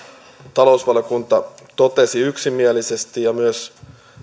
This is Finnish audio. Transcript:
talousvaliokunta totesi yksimielisesti ja myös